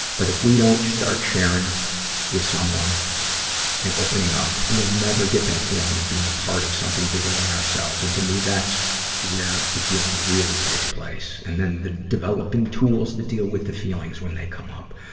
but if we don't start sharing with someone and opening up, we'll never get that feeling of being a part of something bigger than ourselves. and, to me, that's where the healing really takes place. and then, the developing tools to deal with the feelings when they come up.